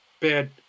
bad